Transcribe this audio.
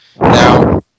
now